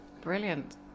brilliant